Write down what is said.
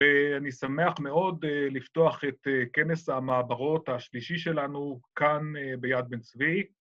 ‫ואני שמח מאוד לפתוח את כנס ‫המעברות השלישי שלנו, כאן ביד בן-צבי.